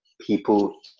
people